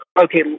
okay